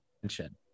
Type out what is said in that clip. attention